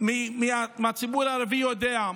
מהציבור הערבי יודע,